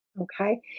Okay